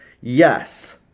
yes